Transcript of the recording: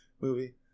movie